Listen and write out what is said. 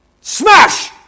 Smash